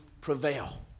prevail